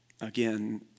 Again